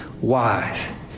wise